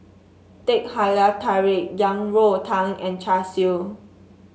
Teh Halia Tarik Yang Rou Tang and Char Siu